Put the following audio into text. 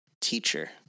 Teacher